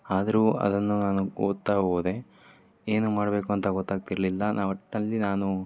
ಆದರೂ ಅದನ್ನು ನಾನು ಓದ್ತಾ ಹೋದೆ ಏನು ಮಾಡಬೇಕು ಅಂತ ಗೊತ್ತಾಗ್ತಿರಲಿಲ್ಲ ನಾ ಒಟ್ಟಿನಲ್ಲಿ ನಾನು